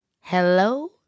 hello